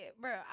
Bro